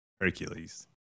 Hercules